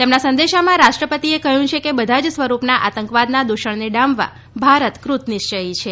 તેમના સંદેશામાં રાષ્ટ્રપતિએ કહ્યું છે કે બધા જ સ્વરૂપના આતંકવાદના દુષણને ડામવા ભારત કૃતનિશ્ચયી છે